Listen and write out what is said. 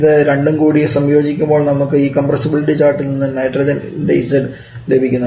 ഇത് രണ്ടും കൂടി സംയോജിക്കുമ്പോൾ നമുക്ക് ഈ കംപ്രസ്സബിലിറ്റി ചാർട്ടിൽ നിന്നും നൈട്രജന് Z എന്ന് ലഭിക്കുന്നു